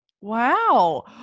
Wow